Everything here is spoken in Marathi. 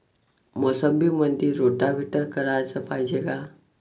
मोसंबीमंदी रोटावेटर कराच पायजे का?